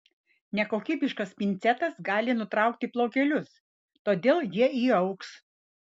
nekokybiškas pincetas gali nutraukti plaukelius todėl jie įaugs